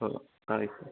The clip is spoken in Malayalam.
ഓ ആയി സാറെ